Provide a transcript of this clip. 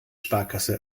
sparkasse